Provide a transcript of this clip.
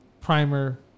primer